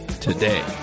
today